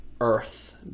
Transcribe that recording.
Earth